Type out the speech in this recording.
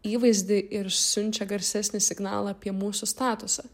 įvaizdį ir siunčia garsesnį signalą apie mūsų statusą